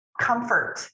comfort